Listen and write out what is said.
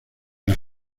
las